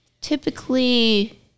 typically